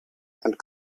and